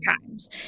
times